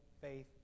faith